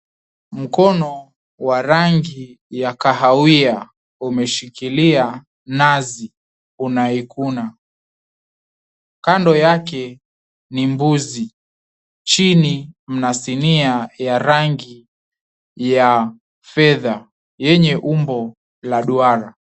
Mkono wa rangi ya kahawia umeshikilia nazi unaikuna. Kando yake ni mbuzi. Chini mna sinia ya rangi ya fedha yenye umbo la duara.